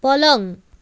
पलङ